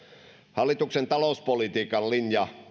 hallituksen talouspolitiikan linja